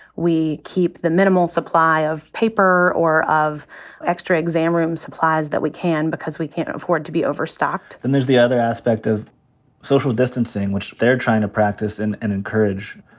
we keep the minimal supply of paper or extra exam room supplies that we can. because we can't afford to be overstocked. then there's the other aspect of social distancing, which they're tryin' to practice, and and encourage.